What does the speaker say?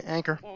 Anchor